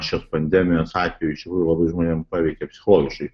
šios pandemijos atveju iš tikrųjų labai žmonėm paveikė psichologiškai